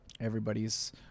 everybody's